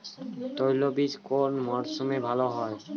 তৈলবীজ কোন মরশুমে ভাল হয়?